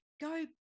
go